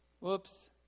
Whoops